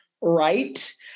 right